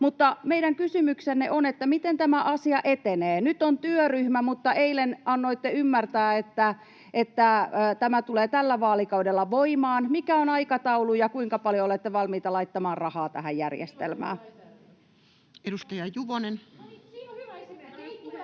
Meidän kysymyksemme on: miten tämä asia etenee? Nyt on työryhmä, mutta eilen annoitte ymmärtää, että tämä tulee tällä vaalikaudella voimaan. Mikä on aikataulu, ja kuinka paljon olette valmiita laittamaan rahaa tähän järjestelmään? [Krista Kiuru: Milloin